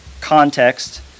context